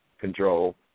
control